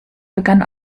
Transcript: begann